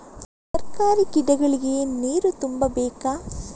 ತರಕಾರಿ ಗಿಡಗಳಿಗೆ ನೀರು ತುಂಬಬೇಕಾ?